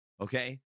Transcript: Okay